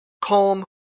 calm